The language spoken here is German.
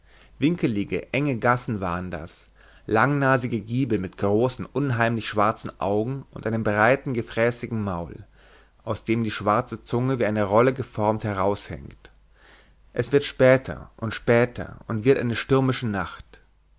winkelige enge gassen waren das langnasige giebel mit großen unheimlich schwarzen augen und einem breiten gefräßigen maul aus dem die schwarze zunge wie eine rolle geformt heraushängt es wird später und später und wird eine stürmische nacht